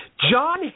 John